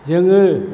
जोङो